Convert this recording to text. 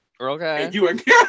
Okay